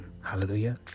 Hallelujah